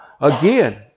again